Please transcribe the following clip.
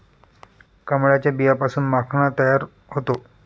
कमळाच्या बियांपासून माखणा तयार होतो